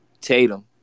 Tatum